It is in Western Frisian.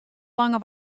lange